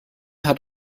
hat